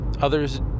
others